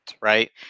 right